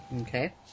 Okay